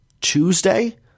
Tuesday